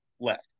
left